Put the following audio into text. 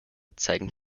zeigen